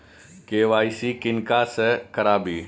KYC किनका से कराबी?